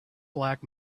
black